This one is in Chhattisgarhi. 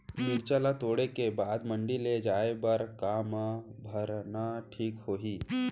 मिरचा ला तोड़े के बाद मंडी ले जाए बर का मा भरना ठीक होही?